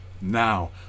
Now